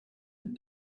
had